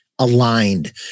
aligned